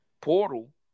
portal